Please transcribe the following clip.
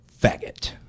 faggot